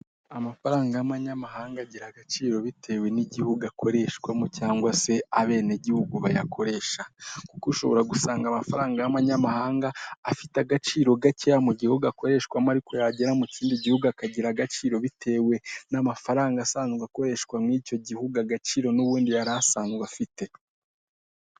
Amafaranga y'amanyamahanga agira agaciro bitewe n'igihugu akoreshwamo cyangwa se abenegihugu bayakoresha kuko ushobora gusanga amafaranga y'amanyamahanga, afite agaciro gakeya mu gihugu akoreshwamo ariko yagera mu kindi gihugu akagira agaciro, bitewe n'amafaranga asanzwe akoreshwa muri icyo gihugu agaciro n'ubundi yari asanzwe afite.